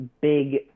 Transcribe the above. big